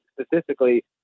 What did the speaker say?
specifically